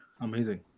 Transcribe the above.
amazing